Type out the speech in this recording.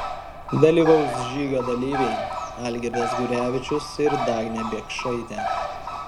dalyvaus žygio dalyviai algirdas gurevičius ir dagnė biekšaitė